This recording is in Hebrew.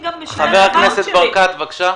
חבר הכנסת ברקת, בבקשה.